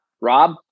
Rob